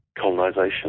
colonization